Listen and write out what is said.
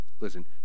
listen